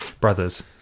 brothers